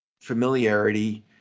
familiarity